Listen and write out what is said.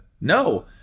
No